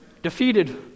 defeated